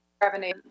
revenue